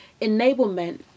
enablement